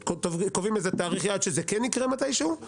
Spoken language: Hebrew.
שקובעים תאריך יעד שזה כן יקרה מתי שהוא,